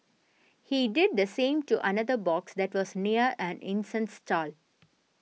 he did the same to another box that was near an incense stall